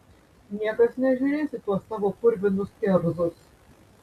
niekas nežiūrės į tuos tavo purvinus kerzus